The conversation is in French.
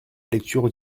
lecture